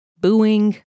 Booing